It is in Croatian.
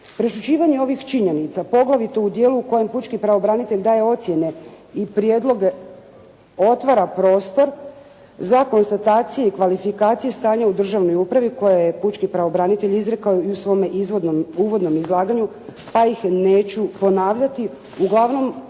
Prešućivanje ovih činjenica poglavito u dijelu u kojem pučki pravobranitelj daje ocjene i prijedloge, otvara prostor za konstatacije i kvalifikacije stanja u državnoj upravi koja je pučki pravobranitelj izrekao i u svome izvodnom, uvodnom izlaganju pa ih neću ponavljati. Uglavnom ona ne